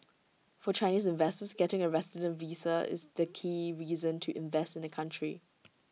for Chinese investors getting A resident visa is the key reason to invest in the country